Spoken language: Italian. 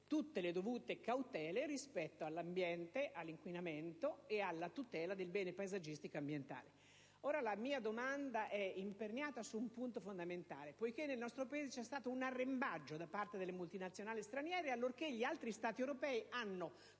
tutte le dovute cautele rispetto all'ambiente, all'inquinamento e alla tutela dei beni paesaggistici e ambientali. La mia domanda è imperniata su un punto fondamentale: nel nostro Paese vi è stato un arrembaggio da parte delle multinazionali straniere allorché gli altri Stati europei hanno